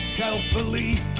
self-belief